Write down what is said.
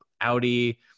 Audi